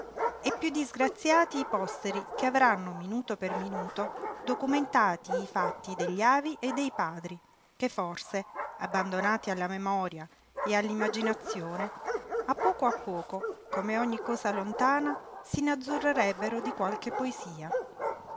e piú disgraziati i posteri che avranno minuto per minuto documentati i fatti degli avi e dei padri che forse abbandonati alla memoria e all'immaginazione a poco a poco come ogni cosa lontana s'inazzurrerebbero di qualche poesia